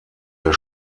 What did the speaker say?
der